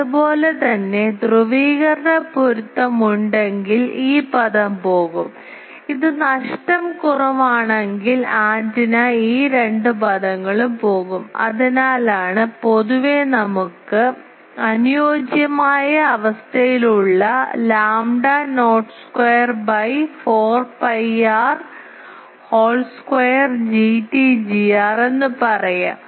അതുപോലെ തന്നെ ധ്രുവീകരണ പൊരുത്തമുണ്ടെങ്കിൽ ഈ പദം പോകും ഇത് നഷ്ടം കുറവാണെങ്കിൽ ആന്റിന ഈ രണ്ട് പദങ്ങളും പോകും അതിനാലാണ് പൊതുവെ നമുക്ക് അനുയോജ്യമായ അവസ്ഥയിലുള്ള lambda not square by 4 pi R whole square Gt Gr എന്നു പറയാം